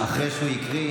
תמשיך.